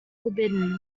forbidden